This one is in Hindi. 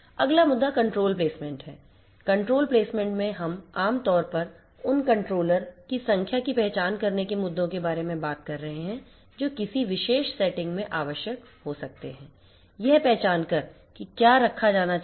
अगला मुद्दा कंट्रोल प्लेसमेंट है कंट्रोल प्लेसमेंट में हम आम तौर पर उन कंट्रोलर की संख्या की पहचान करने के मुद्दों के बारे में बात कर रहे हैं जो किसी विशेष सेटिंग में आवश्यक हो सकते हैं यह पहचान कर कि क्या रखा जाना चाहिए